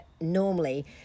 normally